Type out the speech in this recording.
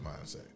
mindset